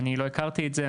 אני לא הכרתי את זה,